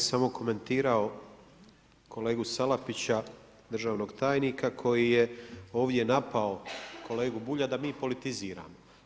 Evo ja bih samo komentirao kolegu Salapića, državnog tajnika koji je ovdje napao kolegu Bulja da mi politiziramo.